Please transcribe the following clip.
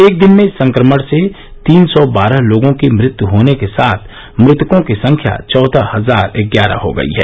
एक दिन में इस संक्रमण से तीन सौ बारह लोगों की मृत्यू होने के साथ मृतकों की संख्या चौदह हजार ग्यारह हो गई है